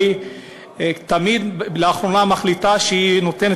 שלאחרונה היא תמיד מחליטה שהיא נותנת